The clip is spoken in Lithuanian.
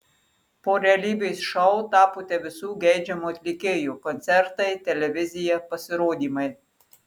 po realybės šou tapote visų geidžiamu atlikėju koncertai televizija pasirodymai